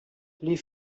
les